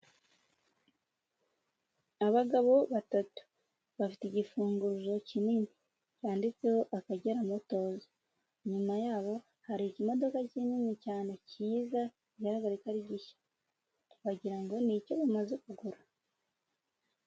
Abagabo batatu bafite igifunguzo kinini cyanditseho Akagera motozi nyuma yaho hari ikimodoka kinini cyane cyiza kigaragara ko ari gishya wagira ngo ni icyo bamaze kugura.